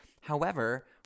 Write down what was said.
however-